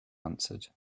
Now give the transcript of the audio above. answered